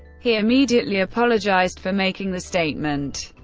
he immediately apologized for making the statement.